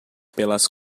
pelas